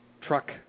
truck